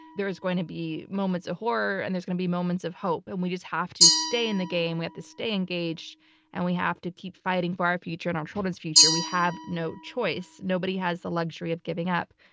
there is going to be moments of horror and there's going to be moments of hope and we just have to stay in the game. we have to stay engaged and we have to keep fighting for our future and our children's future. we have no choice. nobody has the luxury of giving up.